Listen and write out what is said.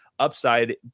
upside